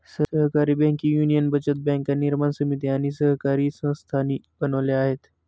सहकारी banking union बचत बँका निर्माण समिती आणि सहकारी संस्थांनी बनवल्या आहेत